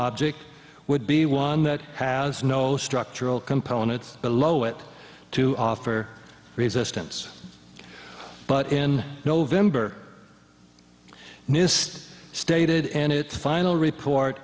object would be one that has no structural components below it to offer resistance but in november nist stated and it final report